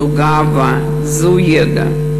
זו גאווה, זה ידע.